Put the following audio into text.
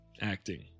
acting